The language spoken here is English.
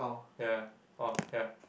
ya orh ya